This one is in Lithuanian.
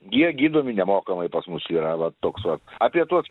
jie gydomi nemokamai pas mus yra va toks va apie tuos